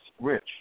Rich